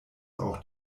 auch